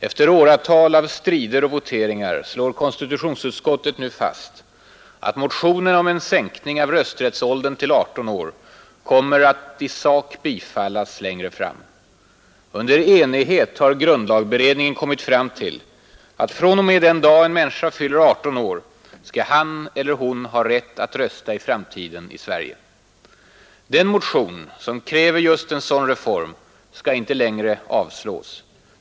Efter åratal av strider och voteringar slår konstitutionsutskottet nu fast att motionerna om en sänkning av rösträttsåldern till 18 år kommer att i sak bifallas längre fram, Under enighet har grundlagberedningen kommit fram till att från och med den dag en svensk medborgare fyller 18 år skall han eller hon ha rätt att rösta i framtiden. 113 Den motion som kräver just en sådan reform skall inte längre avstyrkas.